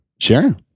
Sure